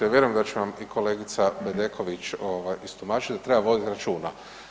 Vjerujem da će vam i kolegica Bedeković rastumačiti da treba voditi računa.